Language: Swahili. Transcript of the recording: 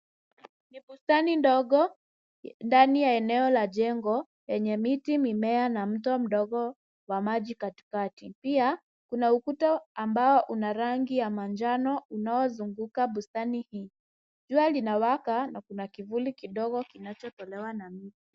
Ni bustani ndogo ndani ya eneo la jengo yenye miti, mimea na mto mdogo wa maji katikati. Pia, kuna ukuta ambao una rangi ya manjano unaozunguka bustani hii. Jua linawaka na kuna kivuli kidogo kinachotolewa na mti.